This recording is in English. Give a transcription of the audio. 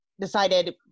decided